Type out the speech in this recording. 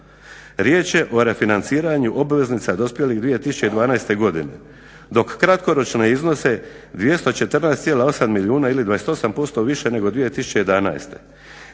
Riječ je o refinanciranju obveznica dospjelih 2012. godine dok kratkoročne iznose 214,8 milijuna ili 28% više nego 2011. Tržište